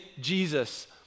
Jesus